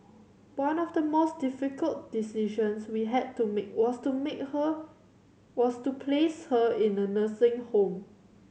one of the most difficult decisions we had to make was to make her was to place her in a nursing home